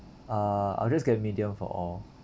err I'll just get medium for all